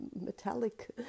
metallic